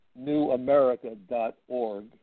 newamerica.org